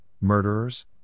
murderers